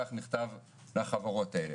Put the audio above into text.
כך נכתב לחברות האלה.